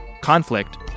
conflict